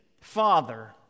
Father